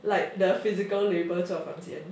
like the physical labour 做房间